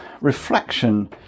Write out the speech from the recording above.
Reflection